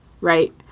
right